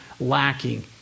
lacking